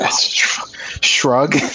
Shrug